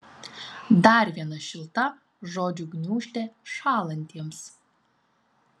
dar viena šilta žodžių gniūžtė šąlantiems